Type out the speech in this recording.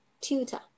tutor